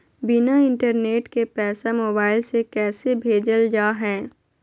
बिना इंटरनेट के पैसा मोबाइल से कैसे भेजल जा है?